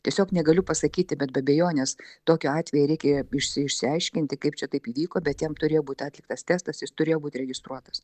tiesiog negaliu pasakyti bet be abejonės tokiu atveju reikia išsi išsiaiškinti kaip čia taip įvyko bet jam turėjo būt atliktas testas jis turėjo būti registruotas